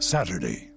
Saturday